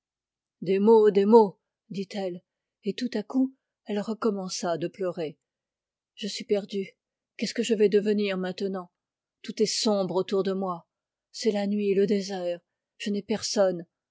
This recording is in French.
des mots des mots dit-elle et tout à coup elle recommença de pleurer je suis perdue qu'est-ce que je vais devenir maintenant tout est sombre autour de moi c'est la nuit le désert je n'ai personne